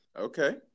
Okay